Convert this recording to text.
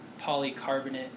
polycarbonate